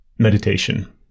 meditation